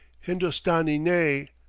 hindostani nay!